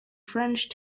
french